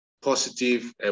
positive